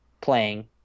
playing